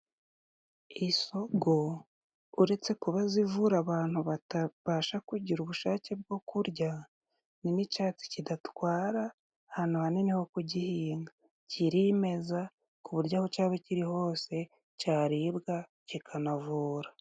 Isogo uretse kuba zivura abantu batabasha kugira ubushake bwo kurya, ni n'icyatsi kidatwara ahantu hanini ho kugihinga, kirimeza ku buryo aho caba kiri hose caribwa kikanavura.